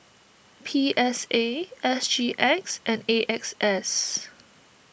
P S A S G X and A X S